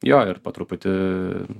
jo ir po truputį